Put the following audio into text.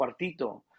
cuartito